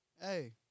hey